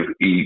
eat